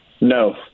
No